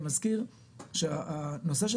אני מזכיר שהנושא של